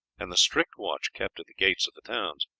and the strict watch kept at the gates of the towns.